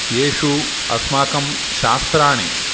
एषु अस्माकं शास्त्राणि